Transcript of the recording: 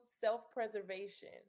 self-preservation